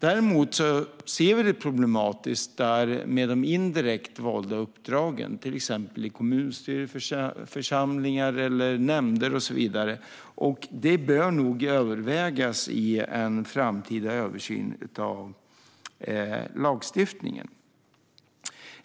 Däremot anser vi att det är problematiskt med de indirekt valda uppdragen, till exempel i kommunförsamlingar, nämnder och så vidare. Den frågan bör nog övervägas i en framtida översyn av lagstiftningen.